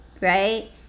right